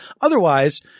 Otherwise